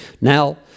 now